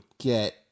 get